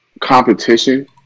competition